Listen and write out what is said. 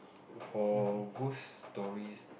for ghost stories